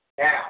Now